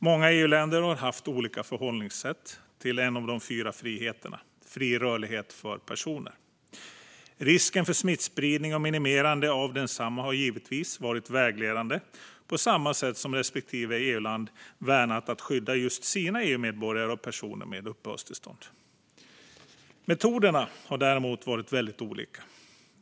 Många EU-länder har haft olika förhållningssätt till en av de fyra friheterna: fri rörlighet för personer. Risken för smittspridning och minimerande av densamma har givetvis varit vägledande på samma sätt som respektive EU-land velat skydda just sina EU-medborgare och personer med uppehållstillstånd. Metoderna har varit väldigt olika.